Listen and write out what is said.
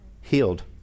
Healed